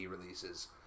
releases